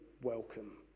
welcome